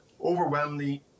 Overwhelmingly